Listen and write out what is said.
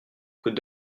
coûte